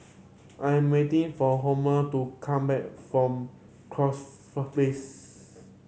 I'm waiting for Homer to come back from Corfe Place